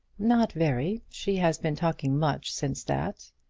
not very. she has been talking much since that.